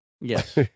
yes